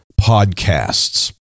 podcasts